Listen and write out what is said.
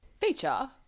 Feature